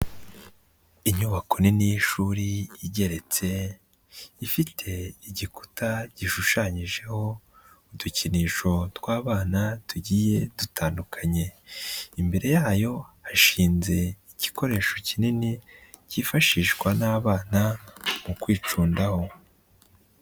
Inyubako nini y'ishuri igeretse, ifite igikuta gishushanyijeho udukinisho tw'abana tugiye dutandukanye, imbere yayo hashinze igikoresho kinini cyifashishwa n'abana mu kwicundaho.